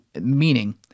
Meaning